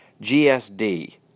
GSD